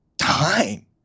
time